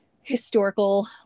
historical